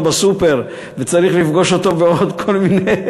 בסופר וצריך לפגוש אותו בעוד כל מיני,